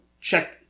check